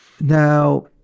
Now